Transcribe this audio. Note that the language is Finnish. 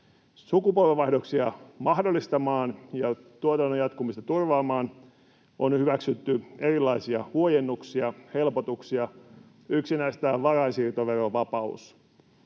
Sukupolvenvaihdoksia mahdollistamaan ja tuotannon jatkumista turvaamaan on hyväksytty erilaisia huojennuksia, helpotuksia. Yksi näistä on varainsiirtoverovapaus.